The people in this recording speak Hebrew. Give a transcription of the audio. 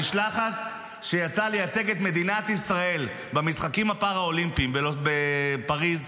המשלחת שיצאה לייצג את מדינת ישראל במשחקים הפארה-אולימפיים בפריז,